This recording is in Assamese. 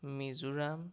মিজোৰাম